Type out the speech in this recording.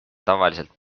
tavaliselt